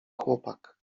chłopak